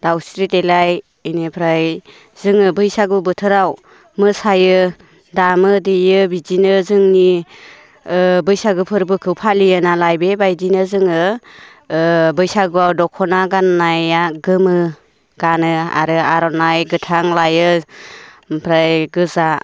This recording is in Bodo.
दाउस्रि देलाय बेनिफ्राय जोङो बैसागु बोथोराव मोसायो दामो देयो बिदिनो जोंनि बैसागु फोरबोखो फालियो नालाय बेबायदिनो जोङो बैसागुआव दखना गाननाया गोमो गानो आरो आर'नाइ गोथां लायो ओमफ्राय गोजा